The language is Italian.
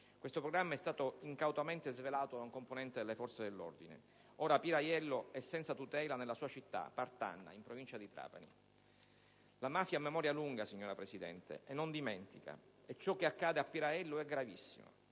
Questo programma è stato incautamente svelato da un componente delle forze dell'ordine. Ora, Piera Aiello è senza tutela nella sua città, a Partanna, in provincia di Trapani. Signora Presidente, la mafia ha memoria lunga e non dimentica, e ciò che accade a Piera Aiello è gravissimo.